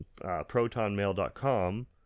protonmail.com